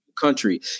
country